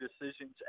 decisions